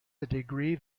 degree